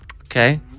Okay